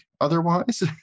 otherwise